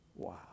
Wow